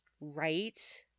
Right